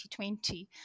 2020